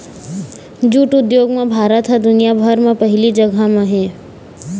jute उद्योग म भारत ह दुनिया भर म पहिली जघा म हे